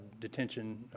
detention